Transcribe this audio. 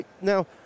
Now